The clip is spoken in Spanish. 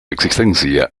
existencia